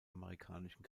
amerikanischen